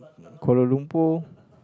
Kuala-Lumpur